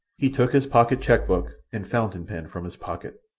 he took his pocket cheque-book and fountain-pen from his pocket.